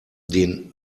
den